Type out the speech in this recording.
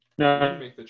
No